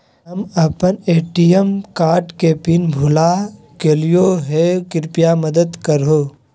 हम अप्पन ATM card के पिन भुला गेलिओ हे कृपया मदद कर हो